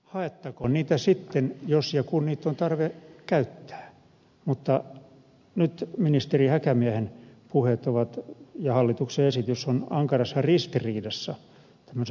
haettakoon niitä sitten jos ja kun niitä on tarve käyttää mutta nyt ministeri häkämiehen puheet ja hallituksen esitys ovat ankarassa ristiriidassa tämmöisen voisiko sanoa lautamieslogiikan kanssa